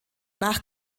nach